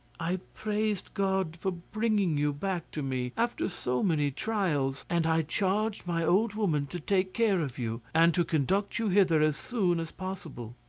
i praised god for bringing you back to me after so many trials, and i charged my old woman to take care of you, and to conduct you hither as soon as possible.